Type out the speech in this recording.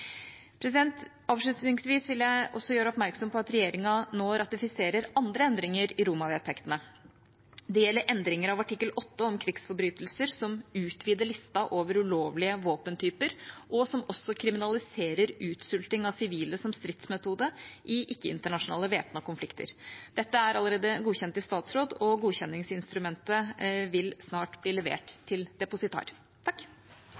Avslutningsvis vil jeg gjøre oppmerksom på at regjeringa nå ratifiserer andre endringer i Roma-vedtektene. Det gjelder endringer av artikkel 8 om krigsforbrytelser, som utvider lista over ulovlige våpentyper, og som også kriminaliserer utsulting av sivile som stridsmetode i ikke-internasjonale væpnede konflikter. Dette er allerede godkjent i statsråd, og godkjenningsinstrumentet vil snart bli